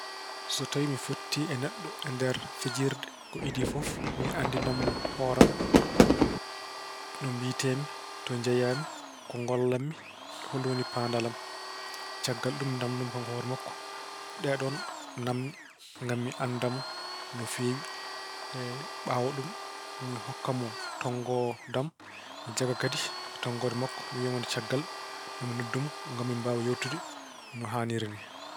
So tawi fottii e neɗɗo e nder fijirde, ko idii fof mi anndinan-mo hoore am: no mbiyetee-mi, to jeyaa-mi, ko ngollam-mi, hollum woni paandaale am. Caggal ɗum mi naamnoo-mo kanko hoore makko ɗeen naamne ngam mi annda-mo no feewi. Ɓaawo ɗum, mi hokka mo tonngoode am. Mi jagga kadi tonngoode makko. Mi wiya mo caggal maa mi noddu mo ngam min mbaawa yeewtude no haniri nii.